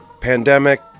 pandemic